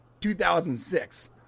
2006